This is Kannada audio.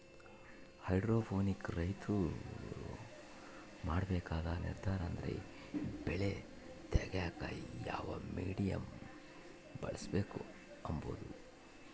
ಹೈಡ್ರೋಪೋನಿಕ್ ರೈತ್ರು ಮಾಡ್ಬೇಕಾದ ನಿರ್ದಾರ ಅಂದ್ರ ಬೆಳೆ ತೆಗ್ಯೇಕ ಯಾವ ಮೀಡಿಯಮ್ ಬಳುಸ್ಬಕು ಅಂಬದು